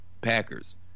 Packers